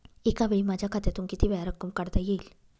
एकावेळी माझ्या खात्यातून कितीवेळा रक्कम काढता येईल?